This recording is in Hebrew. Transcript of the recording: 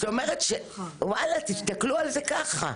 זאת אומרת שוואלה, תסתכלו על זה ככה.